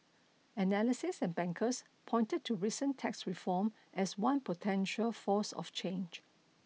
analysts and bankers pointed to recent tax reform as one potential force of change